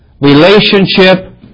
relationship